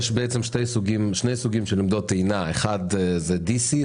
יש שני סוגים של עמדות טעינה אחד זה AC,